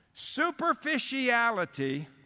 Superficiality